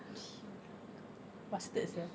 [sial] lah kau bastard sia